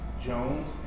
Jones